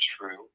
true